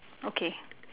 okay